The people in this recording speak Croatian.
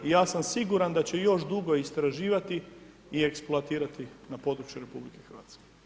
I ja sam siguran da će još dugo istraživati i eksploatirati na području RH.